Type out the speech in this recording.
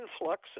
influx